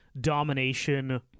domination